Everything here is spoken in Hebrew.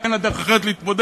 כי אין לה דרך אחרת להתמודד.